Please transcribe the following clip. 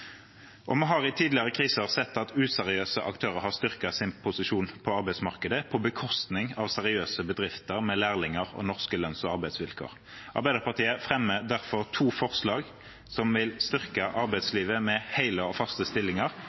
Vi har i tidligere kriser sett at useriøse aktører har styrket sin posisjon på arbeidsmarkedet på bekostning av seriøse bedrifter med lærlinger og norske lønns- og arbeidsvilkår. Arbeiderpartiet fremmer derfor to forslag som vil styrke arbeidslivet med hele og faste stillinger